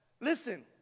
Listen